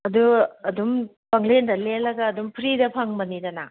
ꯑꯗꯨ ꯑꯗꯨꯝ ꯄꯪꯂꯦꯟꯗ ꯂꯦꯜꯂꯒ ꯑꯗꯨꯝ ꯐ꯭ꯔꯤꯗ ꯐꯪꯕꯅꯤꯗꯅ